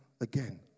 again